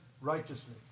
righteously